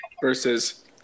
versus